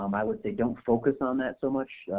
um i would say don't focus on that so much,